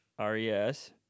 R-E-S